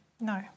No